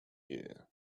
year